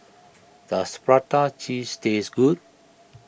does Prata Cheese taste good